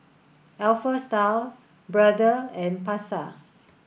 Alpha Style Brother and Pasar